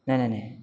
नाही नाही नाही